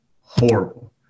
horrible